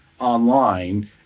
online